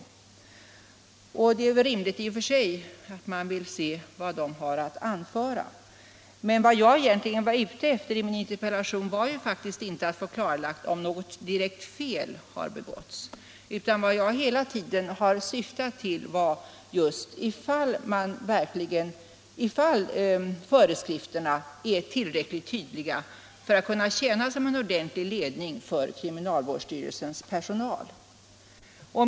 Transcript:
I och för sig är det väl rimligt att man vill se vad de har att anföra, men vad jag var ute efter i min interpellation var faktiskt inte att få klarlagt om något direkt fel har begåtts. Vad jag hela tiden har syftat till är att få veta om föreskrifterna verkligen är tillräckligt tydliga för att kunna tjäna som en ordentlig ledning för kriminalvårdsstyrelsens personal.